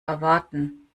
erwarten